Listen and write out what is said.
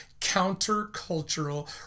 countercultural